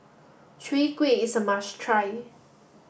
Chwee Kueh is a must try